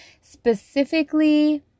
specifically